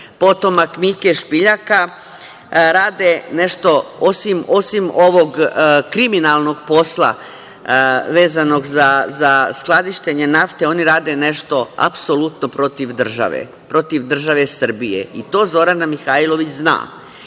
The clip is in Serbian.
potomak Mike Špiljaka, rade nešto osim ovog kriminalnog posla vezanog za skladištenje nafte. Oni rade nešto apsolutno protiv države Srbije i to Zorana Mihajlović zna.